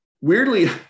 Weirdly